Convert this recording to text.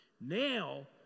Now